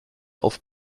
auf